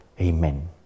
Amen